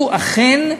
הוא אכן תומך,